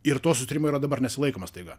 ir to susitarimo yra dabar nesilaikoma staiga